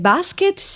Basket